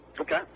Okay